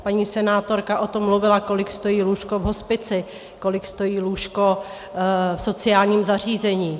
Paní senátorka o tom mluvila, kolik stojí lůžko v hospici, kolik stojí lůžko v sociálním zařízení.